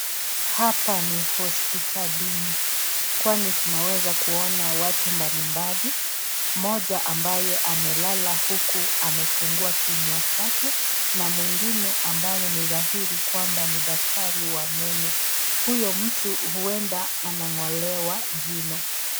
Hapa ni hospitalini kwani tunaweza kuona watu mbalimbali mmoja ambaye amelala uku amefungua kinywa chake na mwingine ambaye ni dhairi kwamba ni daktari wa meno. Huyo mtu hueda anang'olewa jino.